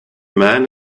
man